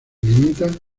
limita